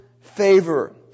favor